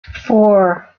four